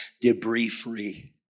debris-free